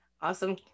awesome